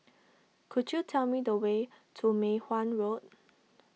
could you tell me the way to Mei Hwan Road